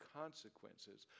consequences